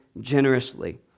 generously